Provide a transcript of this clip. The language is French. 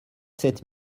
sept